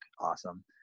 awesome